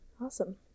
Awesome